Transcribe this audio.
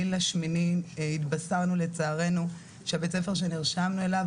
לאוגוסט התבשרנו לצערנו שבית הספר אליו נרשמנו,